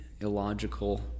illogical